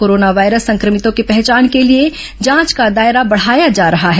corona virus संक्रमितों की पहचान के लिए जांच का दायरा बढ़ाया जा रहा है